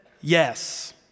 Yes